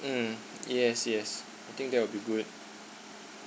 um yes yes I think that will be good